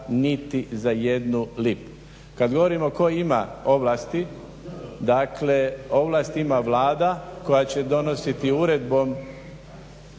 za jednu lipu. Kad govorimo tko ima ovlasti dakle ovlasti ima Vlada koja će donositi uredbom